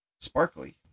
sparkly